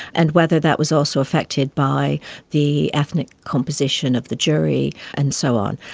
and whether that was also affected by the ethnic composition of the jury and so on.